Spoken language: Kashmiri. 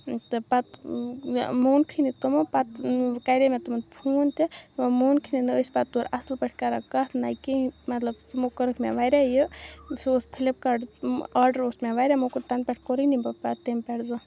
تہٕ پَتہٕ مونکھٕے نہٕ تِمو پَتہٕ کَرے مےٚ تمَن پھون تہِ تِمو مونکھٕے نہٕ ٲسۍ پَتہٕ تورٕ اصل پٲٹھۍ کَران کتھ نہَ کِہیٖنۍ مَطلَب تمو کٔرٕکھ مےٚ واریاہ یہِ سُہ اوس پھلپ کاٹ آرڈر اوس مےٚ واریاہ موٚکُر تَنہٕ پیٹھٕ کوٚرُے نہٕ مےٚ تَمہٕ پیٹھٕ زانٛہہ